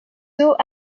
dos